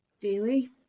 daily